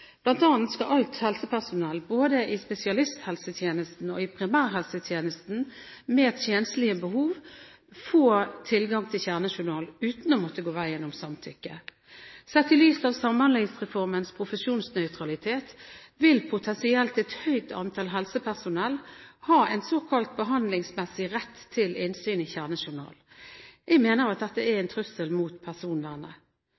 skal alt helsepersonell, både i spesialisthelsetjenesten og i primærhelsetjenesten, med tjenstlige behov få tilgang til kjernejournal uten å måtte gå veien om samtykke. Sett i lys av Samhandlingsreformens profesjonsnøytralitet vil potensielt et høyt antall helsepersonell ha en såkalt behandlingsmessig rett til innsyn i kjernejournal. Jeg mener at dette er